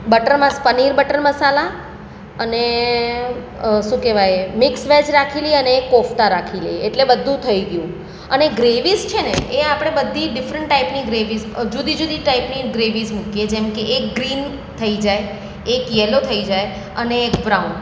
butter paneer butter masala અને શું કહેવાય મિક્સ વેજ રાખી લઇએ અને એક કોફતા રાખી લઇએ એટલે બધું થઈ ગયું અને ગ્રેવીસ છે ને એ આપણે બધી ડિફરન્ટ ટાઈપની ગ્રેવીસ જુદીજુદી ટાઈપની ગ્રેવીસ મૂકીએ જેમકે એક ગ્રીન થઈ જાય એક યલો થઈ જાય અને એક બ્રાઉન